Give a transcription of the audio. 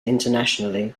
internationally